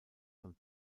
saint